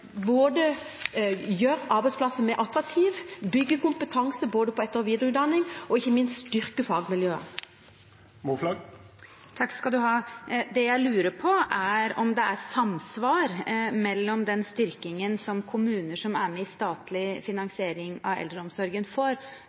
mer attraktive, bygge kompetanse i etter- og videreutdanning og ikke minst styrke fagmiljøene. Takk skal du ha. Det jeg lurer på, er om det er samsvar mellom den styrkingen som kommuner som er med i statlig finansiering av eldreomsorgen, får,